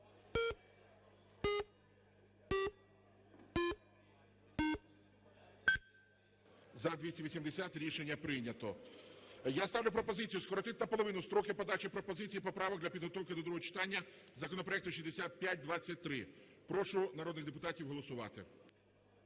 За-280 Рішення прийнято. Я ставлю пропозицію скоротити наполовину строки подачі пропозицій і поправок для підготовки до другого читання законопроекту 6523. Прошу народних депутатів голосувати.